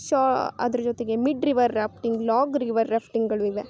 ಶಾ ಅದ್ರ ಜೊತೆಗೆ mid river rafting log river ರಾಫ್ಟಿಂಗಳು ಇವೆ